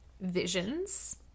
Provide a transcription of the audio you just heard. visions